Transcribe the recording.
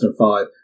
2005